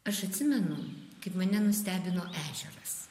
aš atsimenu kaip mane nustebino ežeras